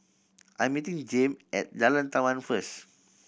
I'm meeting Jame at Jalan Taman first